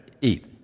eat